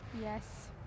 Yes